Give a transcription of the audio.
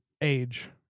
age